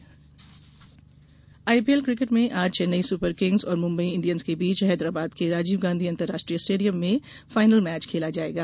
IPL IPL cricket में आज Chennai super kings और मुम्बई इंडियंस के बीच हैदराबाद के राजीव गांधी अंतर्राष्ट्रीय स्टेडियम में फाइनल मैच खेला जाएगा